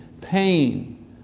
pain